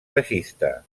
baixista